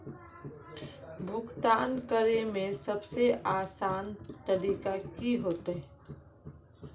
भुगतान करे में सबसे आसान तरीका की होते?